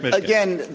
but again,